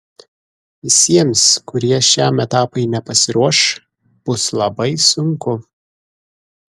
visiems kurie šiam etapui nepasiruoš bus labai sunku